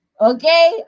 Okay